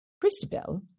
Christabel